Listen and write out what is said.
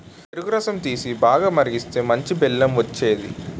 చెరుకు రసం తీసి, బాగా మరిగిస్తేనే మంచి బెల్లం వచ్చేది